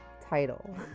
title